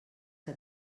que